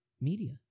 media